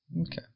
Okay